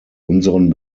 unseren